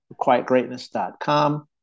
quietgreatness.com